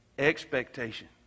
Expectation